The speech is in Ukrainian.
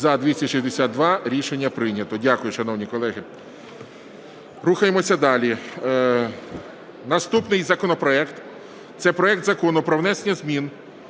За-262 Рішення прийнято. Дякую, шановні колеги. Рухаємося далі. Наступний законопроект – це проект Закону про внесення змін